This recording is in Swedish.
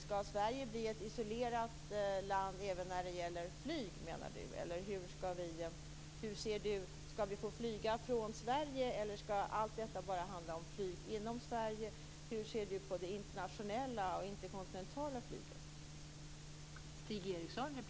Ska Sverige bli ett isolerat land även för flyget? Ska vi få flyga från Sverige, eller ska allt detta bara gälla flyg inom Sverige? Hur ser Stig Eriksson på det internationella och interkontinentala flyget?